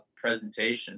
presentation